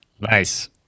Nice